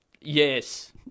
Yes